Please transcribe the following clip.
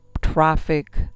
traffic